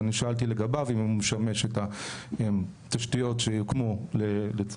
אז אני שאלתי לגביו אם הוא משמש את התשתיות שיוקמו לצרכיו,